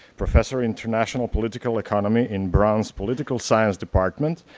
professor international political economy in brown's political science department,